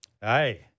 Hey